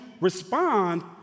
respond